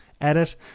edit